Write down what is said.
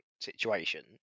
situation